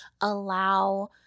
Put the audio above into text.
allow